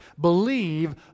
believe